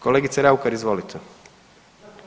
Kolegice Raukar, izvolite.